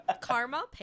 Karma